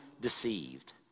deceived